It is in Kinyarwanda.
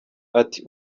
ati